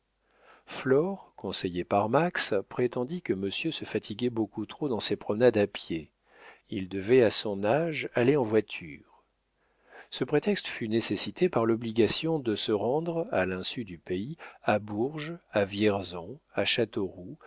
flore conseillée par max prétendit que monsieur se fatiguait beaucoup trop dans ses promenades à pied il devait à son âge aller en voiture ce prétexte fut nécessité par l'obligation de se rendre à l'insu du pays à bourges à vierzon à